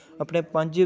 अपने पंज